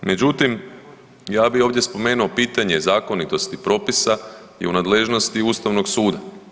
Međutim, ja bi ovdje spomenuo pitanje zakonitosti propisa je u nadležnosti ustavnog suda.